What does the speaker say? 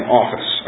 office